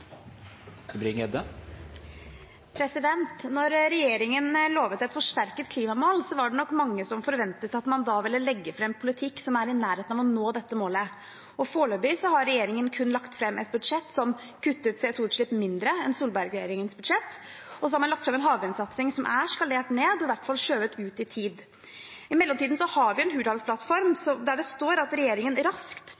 forventet at man da ville legge fram politikk som er i nærheten av å nå dette målet. Foreløpig har regjeringen kun lagt fram et budsjett som kutter CO 2 -utslipp mindre enn Solberg-regjeringens budsjett, og man har lagt fram en havvind-satsing som er skalert ned og i hvert fall er skjøvet ut i tid. I mellomtiden har vi Hurdalsplattformen der det står at regjeringen raskt skal utarbeide en